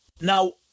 now